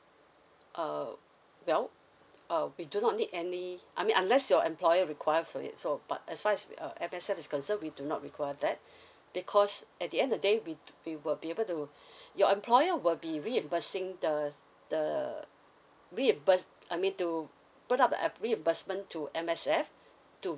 uh well uh we do not need any I mean unless your employer require for it so but as far as with uh M_S_F is concern we do not require that because at the end of the day we we will be able to your employer will be reimbursing the the reimburse I mean to put up uh reimbursement to M_S_F to